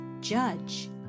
Judge